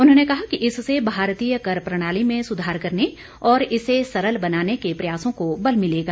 उन्होंने कहा कि इससे भारतीय कर प्रणाली में सुधार करने और इसे सरल बनाने के प्रयासों को बल मिलेगा